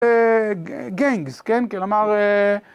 גנגס, כן? כלומר...